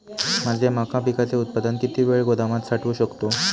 माझे मका पिकाचे उत्पादन किती वेळ गोदामात साठवू शकतो?